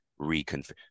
reconfigure